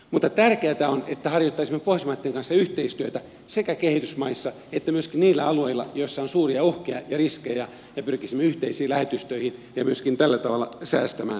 tärkeätä on että harjoittaisimme pohjoismaitten kanssa yhteistyötä sekä kehitysmaissa että myöskin niillä alueilla joissa on suuria uhkia ja riskejä ja pyrkisimme yhteisiin lähetystöihin ja myöskin tällä tavalla säästämään kaiken kaikkiaan